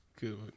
good